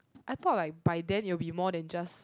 I thought like by then you will be more than just